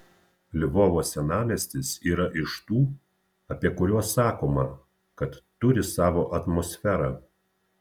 lvovo senamiestis yra iš tų apie kuriuos sakoma kad turi savo atmosferą